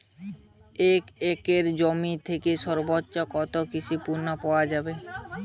এক একর জমি থেকে সর্বোচ্চ কত কৃষিঋণ পাওয়া য়ায়?